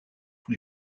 sous